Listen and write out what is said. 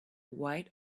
white